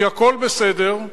כי הכול בסדר,